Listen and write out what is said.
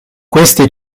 queste